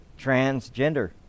transgender